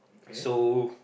so